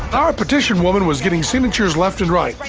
our petition woman was getting signatures left and right.